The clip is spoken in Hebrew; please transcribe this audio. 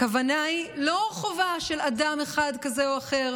הכוונה היא לא חובה של אדם אחד כזה או אחר,